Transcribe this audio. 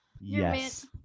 Yes